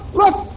look